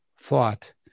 thought